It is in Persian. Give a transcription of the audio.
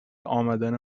امدن